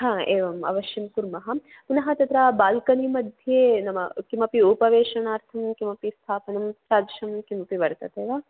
हा एवम् अवश्यं कुर्मः पुनः तथा बाल्कनि मध्ये नाम किमपि उपवेशणार्थं किमपि स्थापनं तादृशं किमपि वर्तते वा